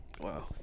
Wow